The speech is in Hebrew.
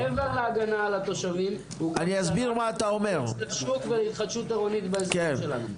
מעבר להגנה על התושבים --- והתחדשות עירוני באזור שלנו.